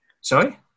Sorry